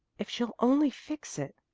if she'll only fix it!